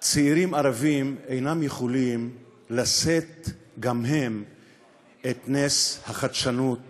צעירים ערבים אינם יכולים לשאת גם הם את נס החדשנות